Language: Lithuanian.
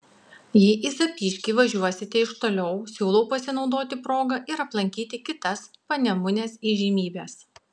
jei į zapyškį važiuosite iš toliau siūlau pasinaudoti proga ir aplankyti kitas panemunės įžymybes